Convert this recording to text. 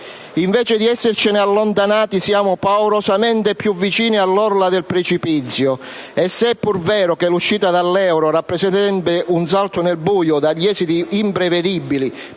Invece di essercene allontanati, siamo paurosamente più vicini all'orlo del precipizio e, se è pur vero che l'uscita dall'euro rappresenterebbe un salto nel buio dagli esiti imprevedibili